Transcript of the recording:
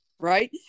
Right